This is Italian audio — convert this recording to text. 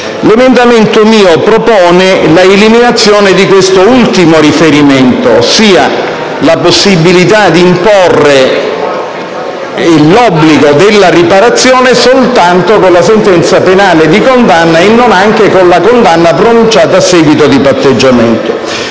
emendamento propone l'eliminazione di quest'ultimo riferimento, ossia la possibilità di imporre l'obbligo della riparazione soltanto con la sentenza penale di condanna e non anche con la condanna pronunciata a seguito di patteggiamento.